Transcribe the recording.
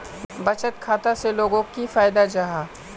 बचत खाता से लोगोक की फायदा जाहा?